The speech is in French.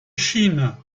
chine